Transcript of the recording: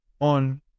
on